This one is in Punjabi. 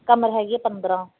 ਕਮਰ ਹੈਗੀ ਹੈ ਪੰਦਰਾਂ